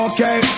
Okay